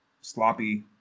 sloppy